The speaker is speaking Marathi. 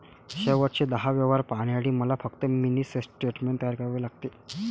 शेवटचे दहा व्यवहार पाहण्यासाठी मला फक्त मिनी स्टेटमेंट तयार करावे लागेल